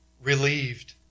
relieved